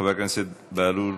חבר הכנסת בהלול,